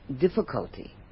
difficulty